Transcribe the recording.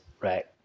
right